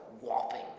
whopping